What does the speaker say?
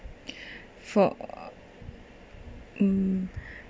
for uh